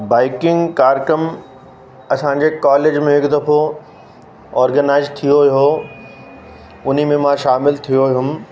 biking कार्यक्रम असांजे college में हिक दफ़ो ऑर्गेनाइज़ थियो हुयो उनमें मां शामिलु थियो हुयमि